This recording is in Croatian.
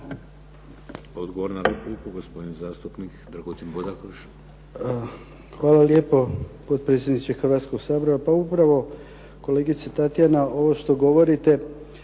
Odgovor na repliku. Gospodin zastupnik Dragutin Bodakoš.